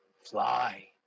Fly